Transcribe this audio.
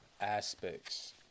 aspects